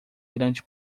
grande